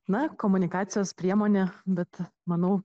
na komunikacijos priemonė bet manau